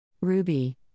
Ruby